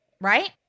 Right